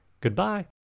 Goodbye